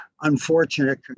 unfortunate